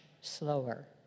slower